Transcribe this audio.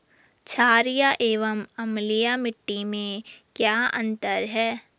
छारीय एवं अम्लीय मिट्टी में क्या अंतर है?